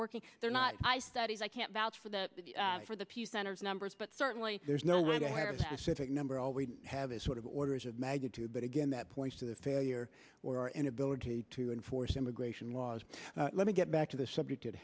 working there not my studies i can't vouch for the for the pew center's numbers but certainly there's no way to number all we have is sort of orders of magnitude but again that points to the failure or inability to enforce immigration laws let me get back to the subject at